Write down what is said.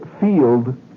field